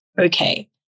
okay